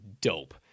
Dope